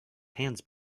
hands